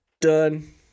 Done